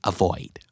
Avoid